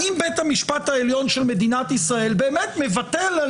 האם בית המשפט העליון של מדינת ישראל באמת מבטל על